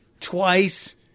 twice